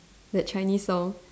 that Chinese song